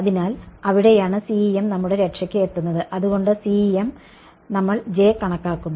അതിനാൽ അവിടെയാണ് CEM നമ്മുടെ രക്ഷക്ക് എത്തുന്നത് അതുകൊണ്ട് CEM നമ്മൾ കണക്കാക്കുന്നു